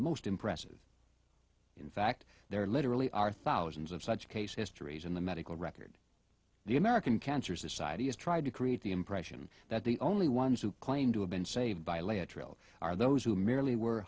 most impressive in fact there literally are thousands of such case histories in the medical record the american cancer society has tried to create the impression that the only ones who claim to have been saved by lay a trail are those who merely were